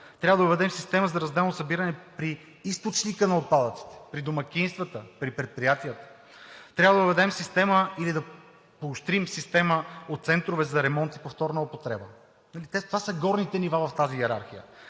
Трябва да въведем система за разделно събиране при източника на отпадъците, при домакинствата, при предприятията, трябва да въведем система или да поощрим система от центрове за ремонти и повторна употреба. Това са горните нива в тази йерархия.